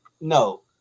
no